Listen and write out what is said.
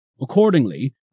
Accordingly